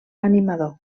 animador